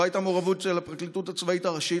לא הייתה מעורבות של הפרקליטות הצבאית הראשית